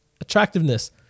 Attractiveness